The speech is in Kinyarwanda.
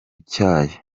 icyayi